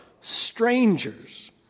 strangers